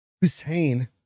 Hussein